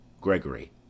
Gregory